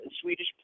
Swedish